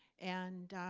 and